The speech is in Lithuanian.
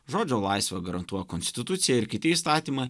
žodžio laisvę garantuoja konstitucija ir kiti įstatymai